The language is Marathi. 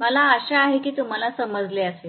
मला आशा आहे की तुम्हाला समजले असेल